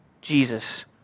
Jesus